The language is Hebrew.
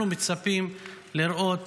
אנחנו מצפים לראות